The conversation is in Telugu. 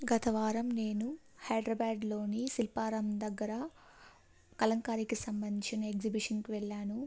గతవారం నేను హైదరాబాద్లోని శిల్పారామం దగ్గర కలంకారీకి సంబంధించిన ఎగ్జిబిషన్కి వెళ్ళాను